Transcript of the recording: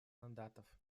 мандатов